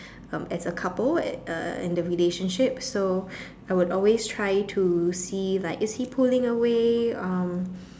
um as a couple uh uh in the relationship so I would always try to see like is he pulling away um